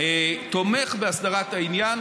תומך בהסדרת העניין,